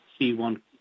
C1